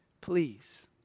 Please